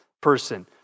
person